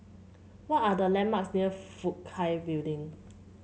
what are the landmarks near Fook Hai Building